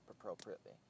appropriately